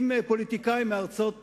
עם פוליטיקאים מארצות חוץ,